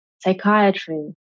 psychiatry